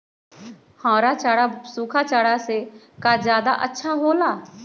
हरा चारा सूखा चारा से का ज्यादा अच्छा हो ला?